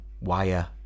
wire